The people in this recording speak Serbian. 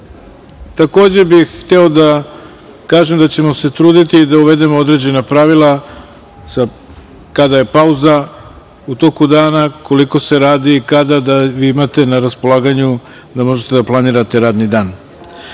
takođe bih hteo da kažem da ćemo se truditi da uvedemo određena pravila, kada je pauza u toku dana, koliko se radi, da imate na raspolaganju, da možete da planirate radni